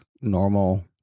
normal